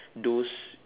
those